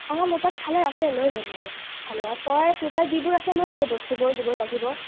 হ'ব মোৰ তাত খালৈ আছে লৈ ল'ম মই দে খালৈ তই তোৰ তাত যিবোৰ আছে লৈ লবি বস্তুবোৰ যিবোৰ লাগিব